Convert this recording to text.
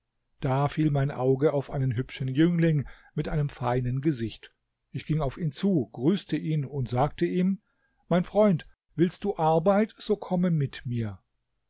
da fiel mein auge auf einen hübschen jüngling mit einem feinen gesicht ich ging auf ihn zu grüßte ihn und sagte ihm mein freund willst du arbeit so komme mit mir